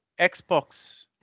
xbox